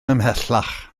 ymhellach